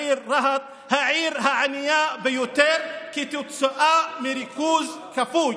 העיר רהט, העיר הענייה ביותר, כתוצאה מריכוז כפוי.